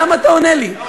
למה אתה עונה לי?